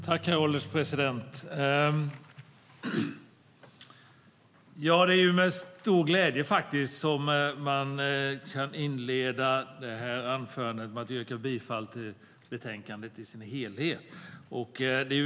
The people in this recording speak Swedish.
Herr ålderspresident! Det är med stor glädje jag kan inleda detta anförande med att yrka bifall till utskottets förslag i betänkandet KrU4 i sin helhet och avslag på reservationen.